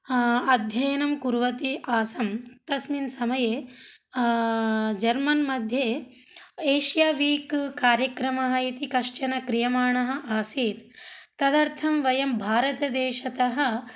अध्ययनं कुर्वती आसं तस्मिन् समये जर्मन् मध्ये एष्या वीक् कार्यक्रमः इति कश्चन क्रियमाणः आसीत् तदर्थं वयं भारतदेशतः